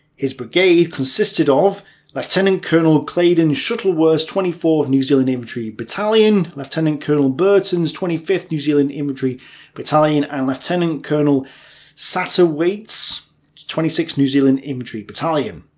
his brigade consisted of lieutenant colonel clayden shuttleworth's twenty fourth new zealand infantry battalion lieutenant colonel burton's twenty fifth new zealand infantry battalion and lieutenant colonel satterthwaite's twenty sixth new zealand infantry battalion.